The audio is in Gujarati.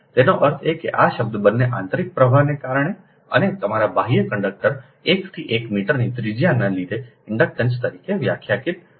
તેનો અર્થ એ કે આ શબ્દ બંને આંતરિક પ્રવાહને કારણે અને તમારા બાહ્યથી કંડક્ટર 1 થી 1 મીટરના ત્રિજ્યાને લીધે ઇન્ડક્ટન્સ તરીકે વ્યાખ્યાયિત કરી શકાય છે